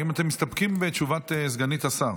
האם אתם מסתפקים בתגובת סגנית השר?